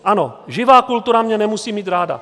Ano, živá kultura mě nemusí mít ráda.